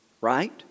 Right